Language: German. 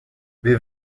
wir